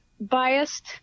biased